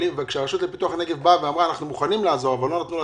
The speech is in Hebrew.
אבל כשהרשות לפיתוח הנגב אמרה שהיא מוכנה לעזור אבל לא נתנו לה